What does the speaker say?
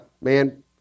man